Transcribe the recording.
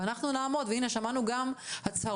אז אנחנו מדברים על תקנים של עובדים